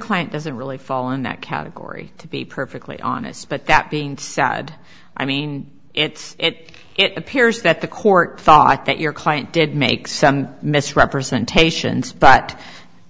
client doesn't really fall in that category to be perfectly honest but that being sad i mean it's it appears that the court thought that your client did make some misrepresentations but